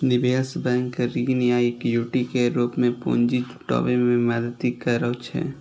निवेश बैंक ऋण आ इक्विटी के रूप मे पूंजी जुटाबै मे मदति करै छै